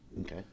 Okay